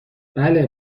بله